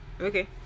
Okay